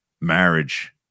marriage